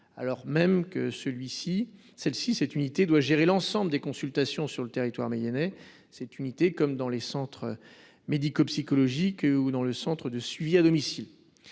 alors même que son équipe de pédopsychiatrie doit gérer l’ensemble des consultations sur le territoire mayennais, dans cette unité comme dans les centres médico-psychologiques et dans le service de suivi à domicile.